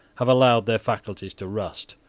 have allowed their faculties to rust.